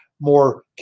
more